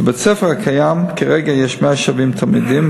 בבית-הספר הקיים כרגע יש 170 תלמידים,